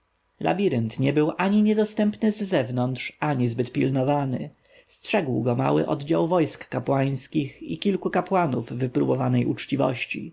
labirynt nie był ani niedostępny z zewnątrz ani zbyt pilnowany strzegł go mały oddział wojsk kapłańskich i kilku kapłanów wypróbowanej uczciwości